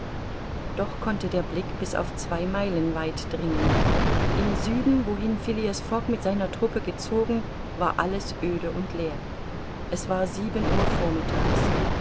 doch konnte der blick bis auf zwei meilen weit dringen im süden wohin phileas fogg mit seiner truppe gezogen war alles öde und leer es war sieben uhr vormittags